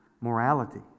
morality